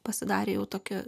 pasidarė jau tokiu